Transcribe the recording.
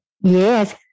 Yes